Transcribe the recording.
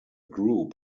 group